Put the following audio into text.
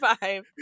five